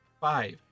Five